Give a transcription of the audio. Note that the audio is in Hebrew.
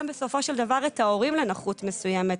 בסופו של דבר את ההורים לנכות מסוימת.